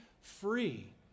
free